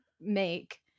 make